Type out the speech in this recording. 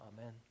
Amen